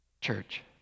Church